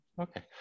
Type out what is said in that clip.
Okay